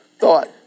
thought